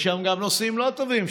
יש שם גם נושאים לא טובים,